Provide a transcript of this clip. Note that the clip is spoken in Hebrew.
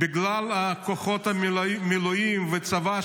בגלל כוחות המילואים והצבא,